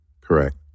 Correct